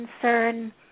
concern